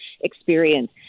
experience